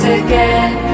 again